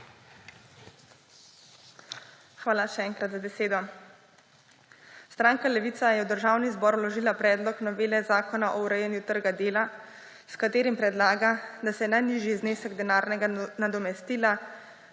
Hvala še enkrat za besedo. Stranka Levica je v Državni zbor vložila predlog novele Zakona o urejanju trga dela, s katerim predlaga, da se najnižji znesek denarnega nadomestila